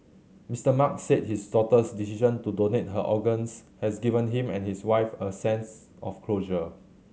Mister Mark said his daughter's decision to donate her organs has given him and his wife a sense of closure